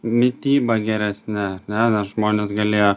mityba geresne ne nes žmonės galėjo